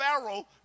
Pharaoh